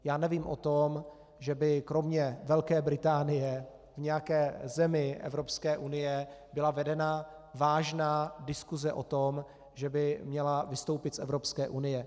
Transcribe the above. Já nevím o tom, že by kromě Velké Británie v nějaké zemi Evropské unie byla vedena vážná diskuse o tom, že by měla vystoupit z Evropské unie.